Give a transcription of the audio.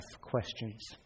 questions